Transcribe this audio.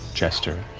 jester.